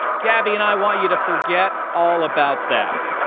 gabby and i want you to forget all about that.